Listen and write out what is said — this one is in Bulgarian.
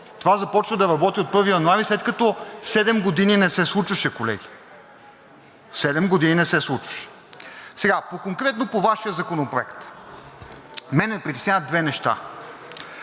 Това започва да работи от 1 януари, след като седем години не се случваше, колеги. Седем години не се случваше! Конкретно по Вашия Законопроект. Мен ме притесняват две неща.